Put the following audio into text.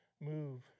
move